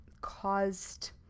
caused